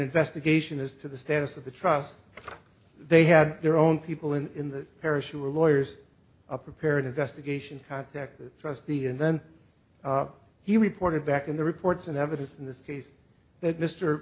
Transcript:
investigation as to the status of the trust they had their own people in the parish who were lawyers a prepared investigation contact the trustee and then he reported back in the reports and evidence in this case that mr